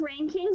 rankings